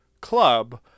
club